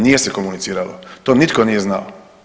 Nije se komuniciralo, to nitko nije znao.